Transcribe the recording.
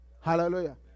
Hallelujah